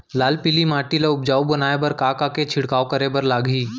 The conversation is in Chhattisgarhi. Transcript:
लाल पीली माटी ला उपजाऊ बनाए बर का का के छिड़काव करे बर लागही?